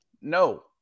No